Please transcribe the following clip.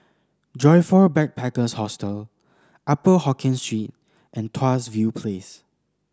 Joyfor Backpackers' Hostel Upper Hokkien Street and Tuas View Place